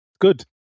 good